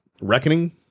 reckoning